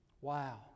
Wow